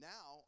Now